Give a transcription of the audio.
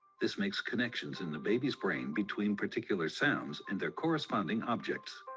this makes connections in the baby's brain between particular sounds and their corresponding objects